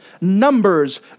Numbers